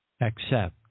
accept